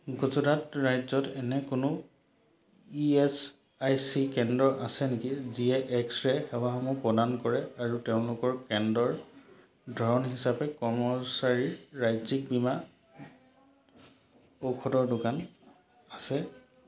গুজৰাট ৰাজ্যত এনে কোনো ই এচ আই চি কেন্দ্ৰ আছে নেকি যিয়ে এক্স ৰে' সেৱাসমূহ প্ৰদান কৰে আৰু তেওঁলোকৰ কেন্দ্ৰৰ ধৰণ হিচাপে কৰ্মচাৰীৰ ৰাজ্যিক বীমা ঔষধৰ দোকান আছে